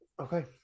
Okay